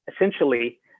essentially